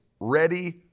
ready